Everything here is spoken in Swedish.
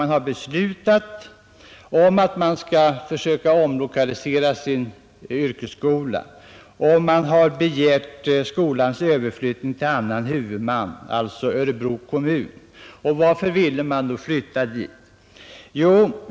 Man har beslutat att man skall försöka omlokalisera sin yrkesskola, och man har begärt skolans överflyttande till annan huvudman, nämligen Örebro kommun. Varför ville man då flytta dit?